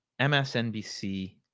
MSNBC